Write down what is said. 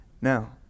Now